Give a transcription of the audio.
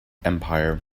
empire